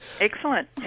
Excellent